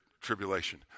tribulation